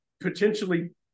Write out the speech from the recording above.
potentially